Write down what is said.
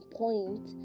point